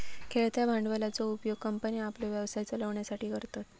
खेळत्या भांडवलाचो उपयोग कंपन्ये आपलो व्यवसाय चलवच्यासाठी करतत